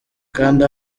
kanda